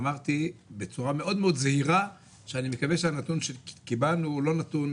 אמרתי בצורה מאוד מאוד זהירה שאני מקווה שהנתון שקיבלנו הוא לא נתון